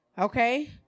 okay